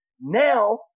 now